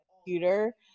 computer